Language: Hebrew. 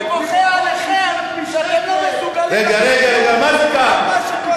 אני בוכה עליכם, שאתם לא מסוגלים, מה זה כאן?